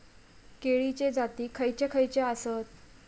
केळीचे जाती खयचे खयचे आसत?